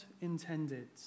intended